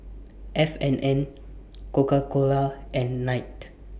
F and N Coca Cola and Knight